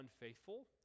unfaithful